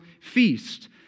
feast